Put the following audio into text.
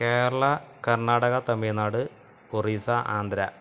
Kerala Karnataka Tamil Nadu Orissa Andhra